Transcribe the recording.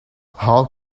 how